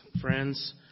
friends